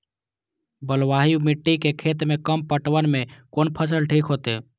बलवाही मिट्टी के खेत में कम पटवन में कोन फसल ठीक होते?